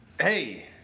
Hey